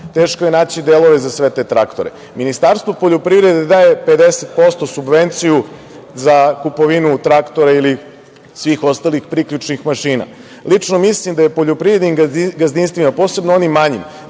Teško je naći delove za sve te traktore. Ministarstvo poljoprivrede daje 50% subvenciju za kupovinu traktora ili svih ostalih priključnih mašina. Lično mislim da je poljoprivrednim gazdinstvima, posebno onim manjim,